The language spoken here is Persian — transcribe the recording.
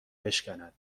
بشکند